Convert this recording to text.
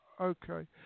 Okay